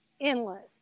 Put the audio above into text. endless